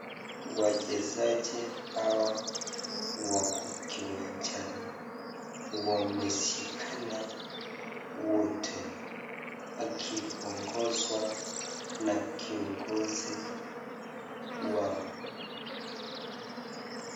Wachezaji hawa wako kiwanjani wameshikana wote akiongozwa na kiongozi wao.